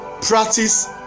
practice